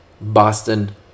Boston